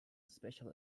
special